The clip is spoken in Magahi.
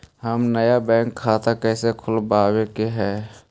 हम नया बैंक खाता कैसे खोलबाबे के है?